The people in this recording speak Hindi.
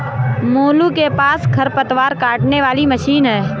मोलू के पास खरपतवार काटने वाली मशीन है